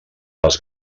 les